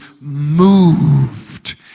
moved